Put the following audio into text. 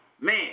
man